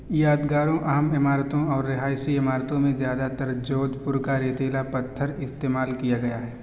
یادگاروں اہم عمارتوں اور رہائشی عمارتوں میں زیادہ تر جودھ پور کا ریتیلا پتھر استعمال کیا گیا ہے